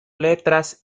letras